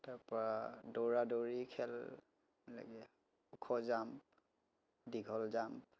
তাৰ পৰা দৌৰা দৌৰি খেল তেনেকৈ ওখ জাম্প দীঘল জাম্প